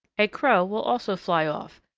a crow will also fly off,